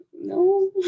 no